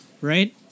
right